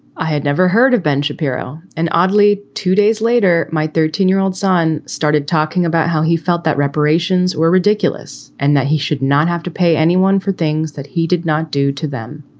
i had never heard of ben shapiro. and oddly, two days later, my thirteen year old son started talking about how he felt that reparations were ridiculous and that he should not have to pay anyone for things that he did not do to them.